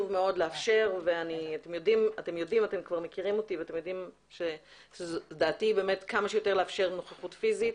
כבר מכירים אותי ואתם יודעים שדעתי היא לאפשר כמה שיותר נוכחות פיזית,